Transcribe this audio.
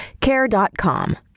care.com